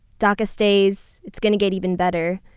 daca stays. it's going to get even better.